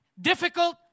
difficult